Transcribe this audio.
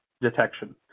detection